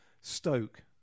Stoke